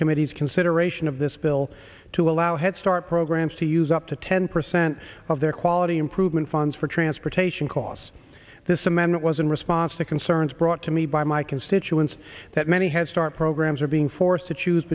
committee's consideration of this bill to allow head start programs to use up to ten percent of their quality improvement funds for transportation costs this amendment was in response to concerns brought to me by my constituents that many headstart programs are being forced to choose